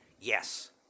Yes